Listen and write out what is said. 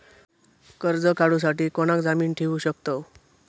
कर्ज काढूसाठी कोणाक जामीन ठेवू शकतव?